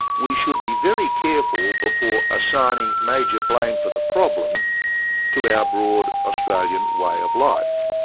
we should be very careful before assigning major blame for the problem to our broad australian way of life,